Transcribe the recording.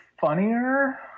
funnier